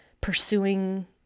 pursuing